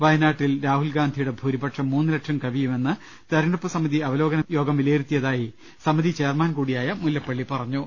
വയനാട്ടിൽ രാഹുൽഗാന്ധിയുടെ ഭൂരിപക്ഷം മൂന്നുലക്ഷം കവിയു മെന്ന് തെരഞ്ഞെടുപ്പ് സമിതി അവലോകനയോഗം വിലയിരുത്തിയതായി സമിതി ചെയർമാൻ കൂടിയായ മുല്ലപ്പള്ളി പറഞ്ഞു